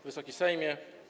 Wysoki Sejmie!